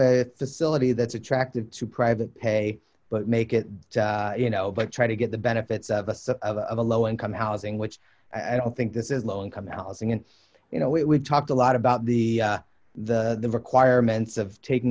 a facility that's attractive to private pay but make it you know but try to get the benefits of a low income housing which i don't think this is low income housing and you know we talked a lot about the the requirements of taking